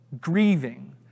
grieving